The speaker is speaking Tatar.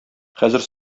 хәзер